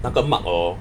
那个 mark or